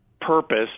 purpose